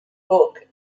book